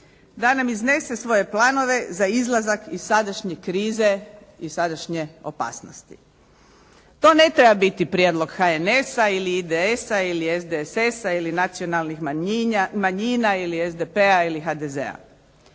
da nam iznese svoje planove za izlazak iz sadašnje krize, iz sadašnje opasnosti. To ne treba biti prijedlog HNS-a ili IDS-a ili SDSS-a ili nacionalnih manjina ili SDP-a ili HDZ-a.